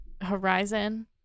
Horizon